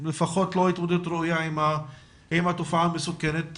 התמודדות ראויה עם התופעה המסוכנת.